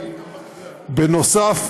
בנוסף,